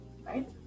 right